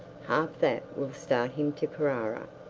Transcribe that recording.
half that will start him to carrara